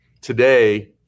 today